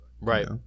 Right